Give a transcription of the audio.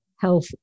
health